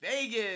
Vegas